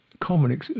common